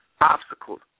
Obstacles